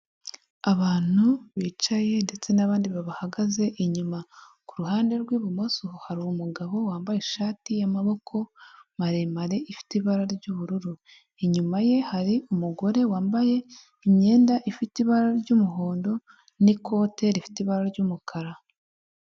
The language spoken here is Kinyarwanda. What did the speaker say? Abantu bicaye ndetse n'abandi babahagaze inyuma, ku ruhande rw'ibumoso hari umugabo wambaye ishati y'amaboko maremare ifite ibara ry'ubururu, inyuma ye hari umugore wambaye imyenda ifite ibara ry'umuhondo n'ikote rifite ibara ry'umukara.